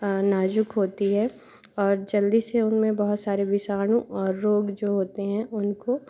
नाजुक होती है और जल्दी से उन्हें बहुत सारे विषाणु और रोग जो होते हैं उनको